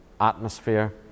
atmosphere